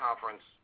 conference